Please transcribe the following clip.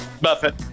Buffett